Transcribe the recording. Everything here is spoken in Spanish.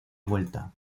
vuelta